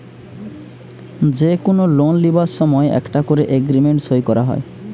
যে কুনো লোন লিবার সময় একটা কোরে এগ্রিমেন্ট সই কোরা হয়